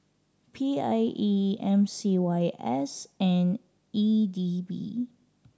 P I E M C Y S and E D B